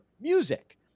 music